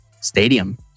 Stadium